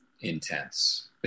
intense